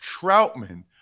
Troutman